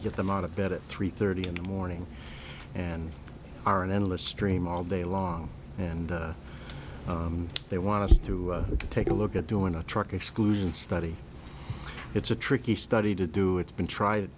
get them out of bed at three thirty in the morning and are an endless stream all day long and they want us to take a look at doing a truck exclusion study it's a tricky study to do it's been tried